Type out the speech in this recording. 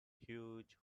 huge